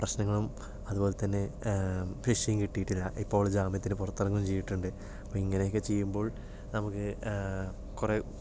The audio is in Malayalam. പ്രശ്നങ്ങളും അതുപോലെതന്നെ ശിക്ഷയും കിട്ടിയിട്ടില്ല ഇപ്പോൾ ജാമ്യത്തിന് പുറത്തിറങ്ങുകയും ചെയ്തിട്ടുണ്ട് ഇങ്ങനെയൊക്കെ ചെയ്യുമ്പോൾ നമുക്ക് കുറെ